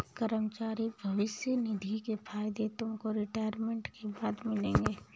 कर्मचारी भविष्य निधि के फायदे तुमको रिटायरमेंट के बाद मिलेंगे